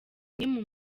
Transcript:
n’imwe